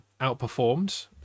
outperformed